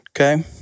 Okay